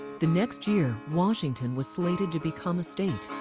the next year washington was slated to become a state.